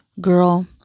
girl